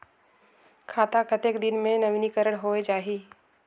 खाता कतेक दिन मे नवीनीकरण होए जाहि??